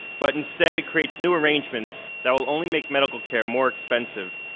but instead it creates new arrangements that will only make medical care more expensive.